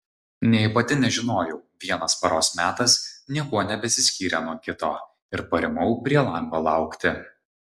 nė pati nežinojau vienas paros metas niekuo nebesiskyrė nuo kito ir parimau prie lango laukti